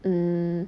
mm